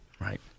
Right